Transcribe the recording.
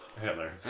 Hitler